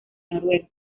noruega